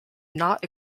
not